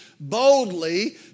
boldly